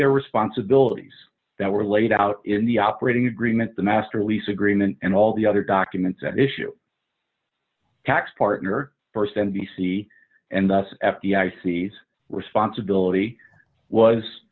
their responsibilities that were laid out in the operating agreement the master lease agreement and all the other documents that issue tax partner st n b c and us f b i seize responsibility was